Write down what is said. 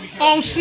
on